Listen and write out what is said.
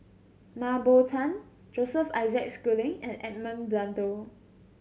Mah Bow Tan Joseph Isaac Schooling and Edmund Blundell